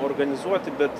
organizuoti bet